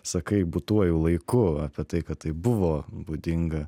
sakai būtuoju laiku apie tai kad tai buvo būdinga